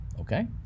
okay